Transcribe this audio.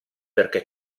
perché